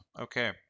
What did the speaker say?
Okay